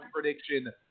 prediction